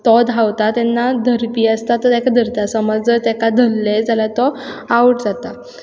तो धांवता तेन्ना धरपी आसता तो तेका धरता समज जर तेका धरलें जाल्या तो आवट जाता